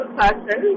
person